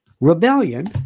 Rebellion